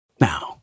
Now